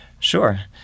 Sure